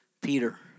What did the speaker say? Peter